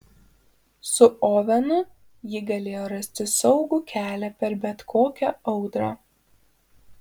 su ovenu ji galėjo rasti saugų kelią per bet kokią audrą